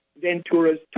Ventura's